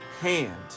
hand